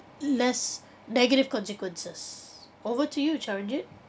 less negative consequences over to you chua-ren-jun